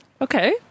Okay